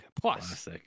Plus